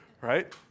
right